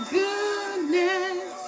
goodness